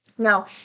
Now